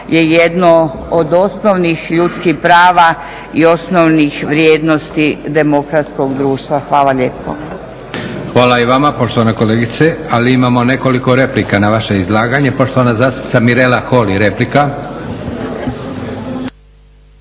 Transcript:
je jedno od osnovnih ljudskih prava i osnovnih vrijednosti demokratskog društva. Hvala lijepo. **Leko, Josip (SDP)** Hvala i vama poštovana kolegice. Ali imamo nekoliko replika na vaše izlaganje. Poštovana zastupnica Mirela Holy, replika.